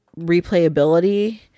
replayability